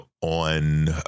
on